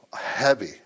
heavy